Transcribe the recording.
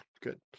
good